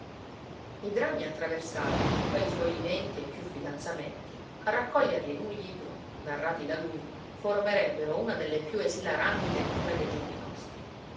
i drammi attraversati in quei suoi venti e più fidanzamenti a raccoglierli in un libro narrati da lui formerebbero una delle più esilaranti letture dei giorni nostri